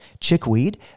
chickweed